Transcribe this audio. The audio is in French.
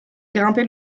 grimpait